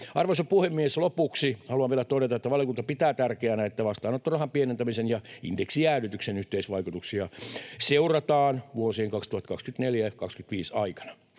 Arvoisa puhemies! Lopuksi haluan vielä todeta, että valiokunta pitää tärkeänä, että vastaanottorahan pienentämisen ja indeksijäädytyksen yhteisvaikutuksia seurataan vuosien 2024—2025 aikana.